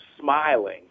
smiling